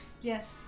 Yes